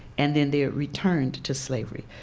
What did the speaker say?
and then they're returned to slavery.